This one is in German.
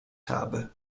habe